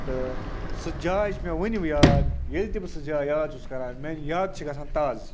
تہٕ سُہ جاے چھِ مےٚ وٕنِو یاد ییٚلہِ تہِ بہٕ سُہ جاے یاد چھُس کَران میٛانہِ یادٕ چھِ گَژھان تازٕ